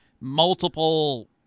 multiple